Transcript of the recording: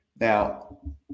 Now